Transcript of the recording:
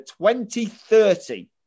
2030